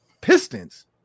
pistons